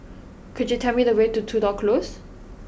could you tell me the way to Tudor Close